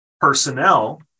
personnel